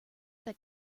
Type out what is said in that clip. that